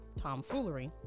tomfoolery